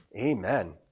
Amen